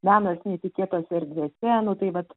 menas netikėtose erdvėse nu tai vat